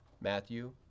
Matthew